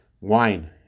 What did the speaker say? wine